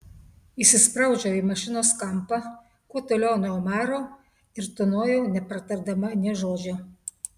įsispraudžiau į mašinos kampą kuo toliau nuo omaro ir tūnojau nepratardama nė žodžio